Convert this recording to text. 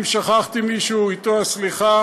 אם שכחתי מישהו, אתו הסליחה,